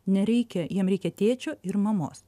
nereikia jam reikia tėčio ir mamos